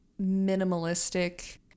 minimalistic